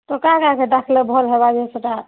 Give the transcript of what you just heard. ତ କାହା କାହାକେ ଡାକିଲେ ଭଲ୍ ହେବ ଯେ ସେଟା